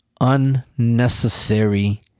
Unnecessary